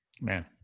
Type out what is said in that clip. man